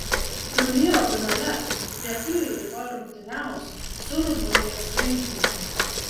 turnyro finale lietuviai rytoj rungtyniaus su rumunijos rinktine